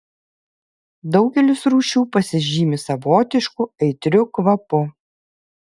daugelis rūšių pasižymi savotišku aitriu kvapu